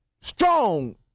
strong